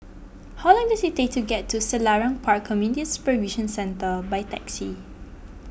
how long does it take to get to Selarang Park Community Supervision Centre by taxi